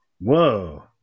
Whoa